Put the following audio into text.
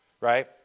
right